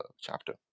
chapter